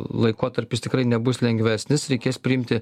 laikotarpis tikrai nebus lengvesnis reikės priimti